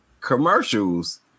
commercials